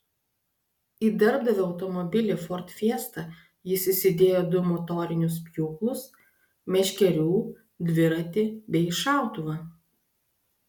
į darbdavio automobilį ford fiesta jis įsidėjo du motorinius pjūklus meškerių dviratį bei šautuvą